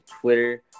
Twitter